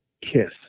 Kiss